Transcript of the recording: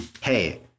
hey